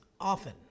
often